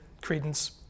credence